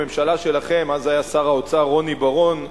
הממשלה שלכם, אז היה שר האוצר רוני בר-און,